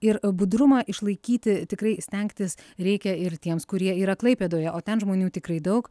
ir budrumą išlaikyti tikrai stengtis reikia ir tiems kurie yra klaipėdoje o ten žmonių tikrai daug